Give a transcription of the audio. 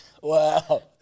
Wow